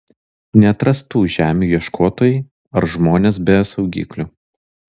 neatrastų žemių ieškotojai ar žmonės be saugiklių